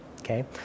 okay